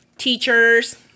Teachers